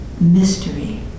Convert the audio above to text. mystery